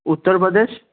Uttar Pradesh